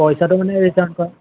পইছাটো মানে ৰিটাৰ্ণ কৰা